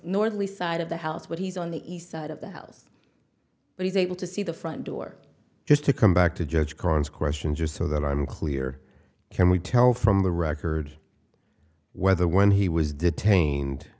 northeast side of the house when he's on the east side of the house but he's able to see the front door just to come back to judge crimes question just so that i'm clear can we tell from the record whether when he was detained